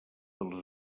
dels